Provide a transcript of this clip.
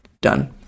done